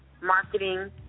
marketing